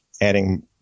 adding